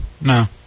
no